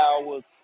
hours